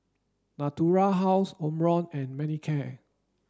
Natura House Omron and Manicare